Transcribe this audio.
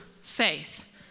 faith